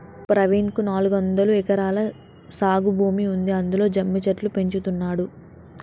ప్రవీణ్ కు నాలుగొందలు ఎకరాల సాగు భూమి ఉంది అందులో జమ్మి చెట్లు పెంచుతున్నాడు